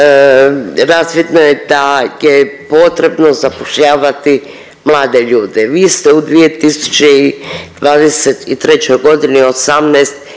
razvidno je da je potrebno zapošljavati mlade ljude. Vi ste u 2023.g. 18